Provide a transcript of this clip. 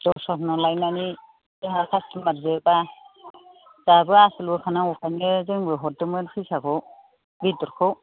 दस्रानाव लायनानै जोंहा कास्त'मार जोबा दाबो आसोल बोखांनांगौखायनो जोंबो हरदोंमोन फैसाखौ बेदरखौ